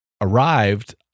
arrived